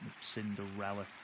Cinderella